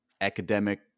academic